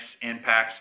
impacts